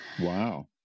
Wow